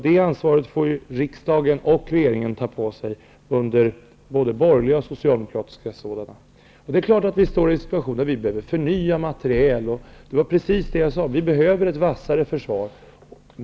Det ansvaret får riksdagen och regeringen ta på sig -- både borgerliga och socialdemokratiska sådana. Det är klart att vi står inför en situation där materiel behöver förnyas. Precis som jag sade behöver vi ett vassare försvar.